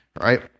right